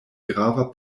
grava